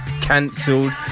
cancelled